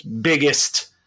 Biggest